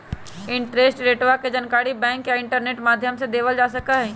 interest रेटवा के जानकारी बैंक या इंटरनेट माध्यम से लेबल जा सका हई